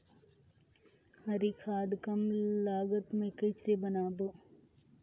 हरी खाद कम लागत मे कइसे बनाबो?